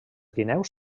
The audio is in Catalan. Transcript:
guineus